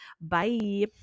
Bye